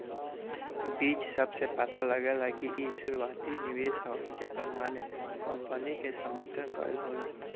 बीज शब्द से पता लागेला कि इ शुरुआती निवेश ह जेकर माने कंपनी के समर्थन कईल होला